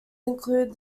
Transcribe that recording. include